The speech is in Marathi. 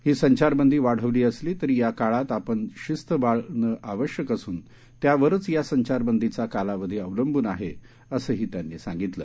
ही संचारबंदी वाढवली असली तरी या काळात आपण शिस्त पाळणं आवश्यक असून त्यावरच या संचारबंदीचा कालावधी अवलंबून आहे असंही त्यांनी सांगितलं